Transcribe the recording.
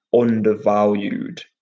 undervalued